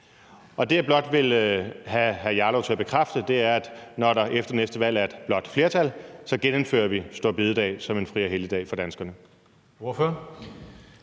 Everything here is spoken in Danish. og det, jeg blot vil have hr. Rasmus Jarlov til at bekræfte, er, at når der efter næste valg er et blåt flertal, genindfører vi store bededag som en fri- og helligdag for danskerne. Kl.